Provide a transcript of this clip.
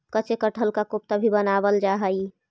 कच्चे कटहल का कोफ्ता भी बनावाल जा हई